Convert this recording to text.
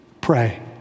Pray